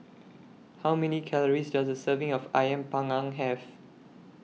How Many Calories Does A Serving of Ayam Panggang Have